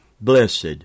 Blessed